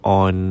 on